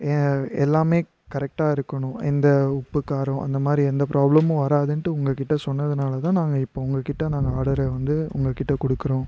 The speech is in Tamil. ஏன் எல்லாமே கரெக்டாக இருக்கணும் எந்த உப்பு காரம் அந்த மாதிரி எந்த ப்ராப்ளமும் வராதுன்ட்டு உங்கள் கிட்டே சொன்னதுனால தான் நாங்கள் இப்போது உங்கள் கிட்டே நான் ஆர்டரே வந்து உங்கள் கிட்டே கொடுக்குறோம்